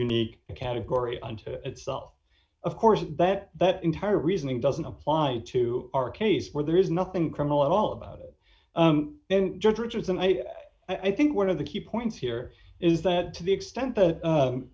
unique category unto itself of course that that entire reasoning doesn't apply to our case where there is nothing criminal at all about it and judge richards and i i think one of the key points here is that to the extent that